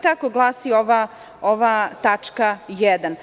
Tako glasi ova tačka 1)